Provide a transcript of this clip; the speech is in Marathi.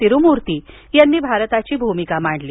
तिरुमूर्ति यांनी भारताची भूमिका मांडली